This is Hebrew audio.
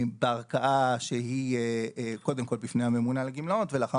בערכאה שהיא קודם כל בפני הממונה על הגמלאות ולאחר